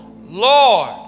Lord